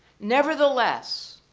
nevertheless,